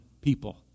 people